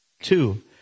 Two